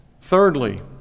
Thirdly